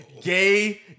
Gay